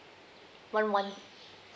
one one